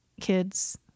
kids